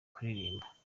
kuririmba